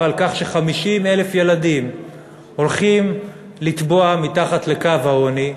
על כך ש-50,000 ילדים הולכים לטבוע מתחת לקו העוני,